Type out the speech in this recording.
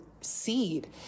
seed